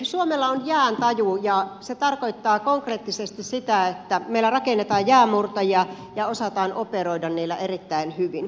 suomella on jääntaju ja se tarkoittaa konkreettisesti sitä että meillä rakennetaan jäänmurtajia ja osataan operoida niillä erittäin hyvin